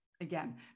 again